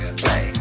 play